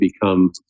become